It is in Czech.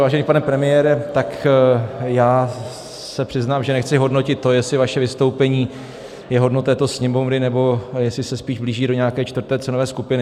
Vážený pane premiére, tak já se přiznám, že nechci hodnotit to, jestli vaše vystoupení je hodno této Sněmovny, nebo jestli se spíš blíží do nějaké 4. cenové skupiny.